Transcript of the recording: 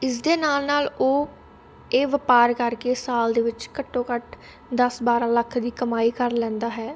ਇਸਦੇ ਨਾਲ ਨਾਲ ਉਹ ਇਹ ਵਪਾਰ ਕਰਕੇ ਸਾਲ ਦੇ ਵਿੱਚ ਘੱਟੋ ਘੱਟ ਦਸ ਬਾਰ੍ਹਾਂ ਲੱਖ ਦੀ ਕਮਾਈ ਕਰ ਲੈਂਦਾ ਹੈ